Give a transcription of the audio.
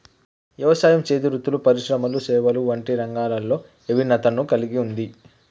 యవసాయం, చేతి వృత్తులు పరిశ్రమలు సేవలు వంటి రంగాలలో ఇభిన్నతను కల్గి ఉంది